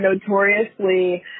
notoriously